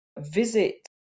visit